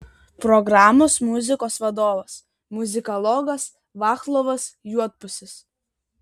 programos muzikos vadovas muzikologas vaclovas juodpusis